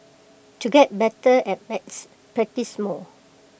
to get better at maths practise more